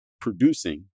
producing